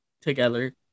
together